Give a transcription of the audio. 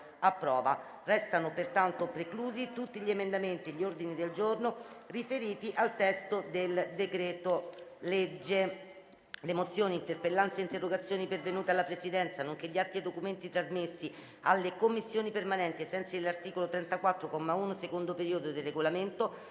Risultano pertanto preclusi tutti gli emendamenti e gli ordini del giorno riferiti al testo del decreto-legge